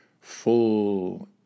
full